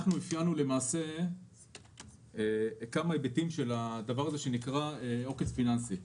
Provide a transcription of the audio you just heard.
אנחנו אפיינו כמה היבטים של הדבר הזה שנקרא עוקץ פיננסי.